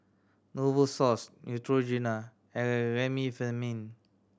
Novosource Neutrogena and Remifemin